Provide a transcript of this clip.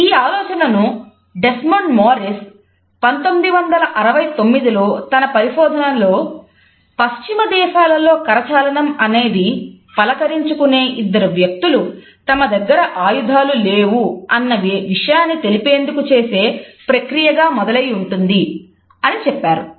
ఈ ఆలోచనను Desmond Morris 1969 లో తన పరిశోధనలో 'పశ్చిమ దేశాలలో కరచాలనం అనేది పలకరించుకునే ఇద్దరు వ్యక్తులు తమ దగ్గర ఆయుధాలు లేవు అనే విషయాన్ని తెలిపేందుకు చేసే ప్రక్రియగా మొదలై ఉంటుంది' అని చెప్పారు